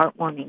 heartwarming